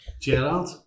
Gerard